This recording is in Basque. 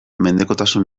mendekotasun